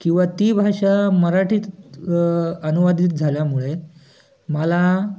किंवा ती भाषा मराठीत अनुवादित झाल्यामुळे मला